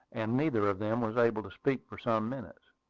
and neither of them was able to speak for some minutes.